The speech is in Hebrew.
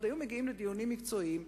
היו מגיעים לדיונים מקצועיים.